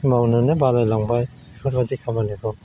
मावनोनो बालाय लांबाय बेफोरबायदि खामानिखौ